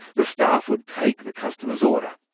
the staff would take the customers' order.